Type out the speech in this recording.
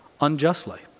unjustly